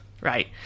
right